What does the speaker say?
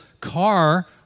car